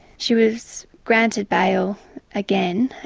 she was granted bail again,